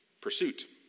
Pursuit